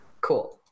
cool